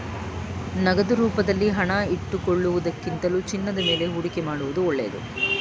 ನಗದು ರೂಪದಲ್ಲಿ ಹಣ ಇಟ್ಟುಕೊಳ್ಳುವುದಕ್ಕಿಂತಲೂ ಚಿನ್ನದ ಮೇಲೆ ಹೂಡಿಕೆ ಮಾಡುವುದು ಒಳ್ಳೆದು